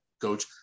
coach